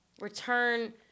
return